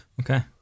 Okay